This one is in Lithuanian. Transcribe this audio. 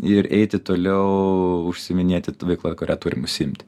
ir eiti toliau užsiiminėti veikla kuria turim užsiimti